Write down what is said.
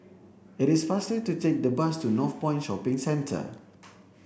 it is faster to take the bus to Northpoint Shopping Centre